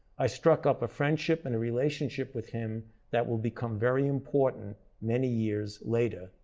i struck up a friendship and a relationship with him that will become very important many years later.